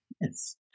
Yes